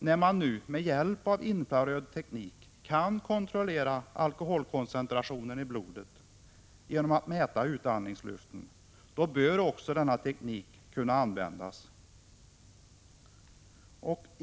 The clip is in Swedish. När man nu med hjälp av infraröd teknik, kan kontrollera alkoholkoncentrationen i blodet, genom att mäta utandningsluften, bör denna teknik också användas.